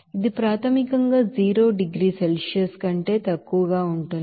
ఇది ప్రాథమికంగా 0 డిగ్రీల సెల్సియస్ కంటే తక్కువగా ఉంటుంది